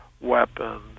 weapons